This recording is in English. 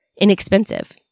inexpensive